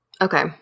Okay